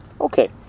Okay